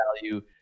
value